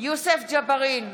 יוסף ג'בארין,